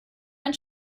ein